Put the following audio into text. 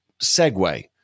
segue